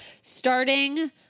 starting